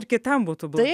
ir kitam būtų blogai